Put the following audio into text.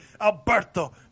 Alberto